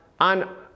on